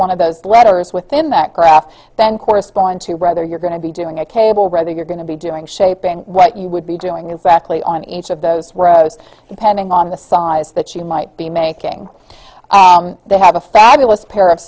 one of those letters within that graph then correspond to whether you're going to be doing a cable rather you're going to be doing shaping what you would be doing exactly on each of those rows depending on the size that you might be making they have a fabulous pair of